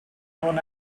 known